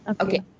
Okay